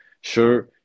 Sure